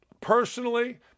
personally